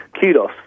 kudos